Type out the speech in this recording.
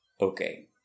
Okay